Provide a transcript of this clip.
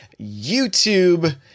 youtube